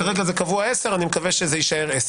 קבוע כרגע ל-10 בבוקר, מקווה שכך יישאר.